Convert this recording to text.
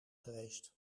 geweest